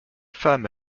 femmes